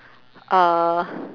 uh